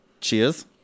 Cheers